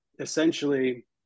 essentially